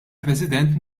president